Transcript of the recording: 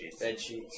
Bedsheets